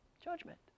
Judgment